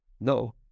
no